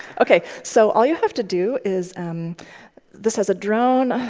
ok. so all you have to do is um this has a dorne.